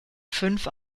fünf